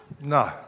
No